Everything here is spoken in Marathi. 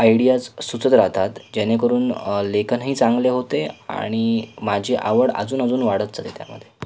आयडियाज सुचत राहतात जेणेकरून लेखनही चांगले होते आणि माझी आवड अजून अजून वाढत जाते त्यामध्ये